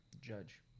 judge